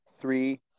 three